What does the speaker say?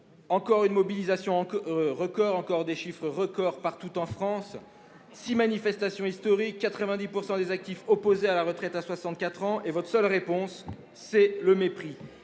Encore une mobilisation record ; encore des chiffres records, partout en France ! Six manifestations historiques, 90 % des actifs opposés à la retraite à 64 ans, et votre seule réponse, c'est le mépris.